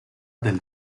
del